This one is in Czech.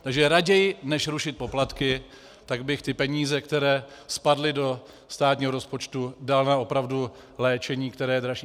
Takže raději než rušit poplatky bych ty peníze, které spadly do státního rozpočtu, dal opravdu na léčení, které je dražší.